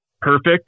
perfect